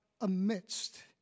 amidst